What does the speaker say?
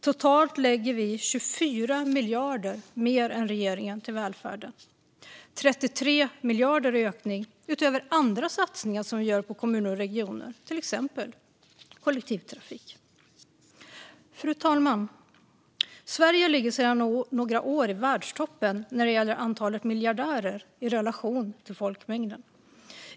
Totalt lägger vi 24 miljarder kronor mer än regeringen på välfärden - 33 miljarder kronor i ökning, utöver andra satsningar som vi gör på kommuner och regioner, till exempel kollektivtrafik. Fru talman! Sverige ligger sedan några år i världstoppen när det gäller antalet miljardärer i relation till folkmängden.